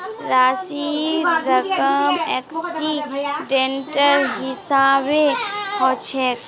राशिर रकम एक्सीडेंटेर हिसाबे हछेक